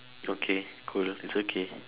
okay cool it's okay